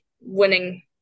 winning